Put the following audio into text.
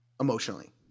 emotionally